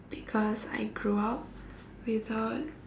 because I grew up without